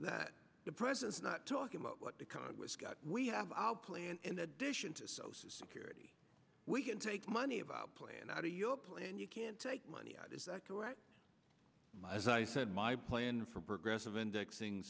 that the president's not talking about what the congress got we have our plan in addition to social security we can take money of out play and out of your plan you can take money out as much as i said my plan for progressive indexing